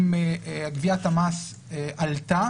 אם גביית המס עלתה